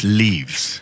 leaves